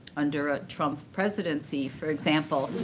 under a trump presidency, for example.